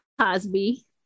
Cosby